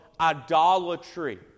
idolatry